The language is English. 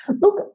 Look